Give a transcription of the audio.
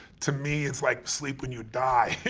to me it's like sleep when you die,